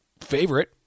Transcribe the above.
favorite